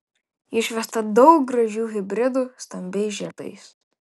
išvesta daug gražių hibridų stambiais žiedais